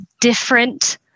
different